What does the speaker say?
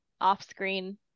off-screen